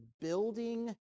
building